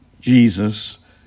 Jesus